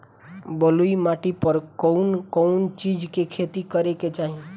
बलुई माटी पर कउन कउन चिज के खेती करे के चाही?